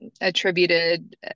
attributed